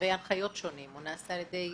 מכתבי הנחיות שונים, הוא נעשה על ידי